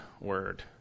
word